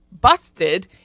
busted